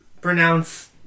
pronounce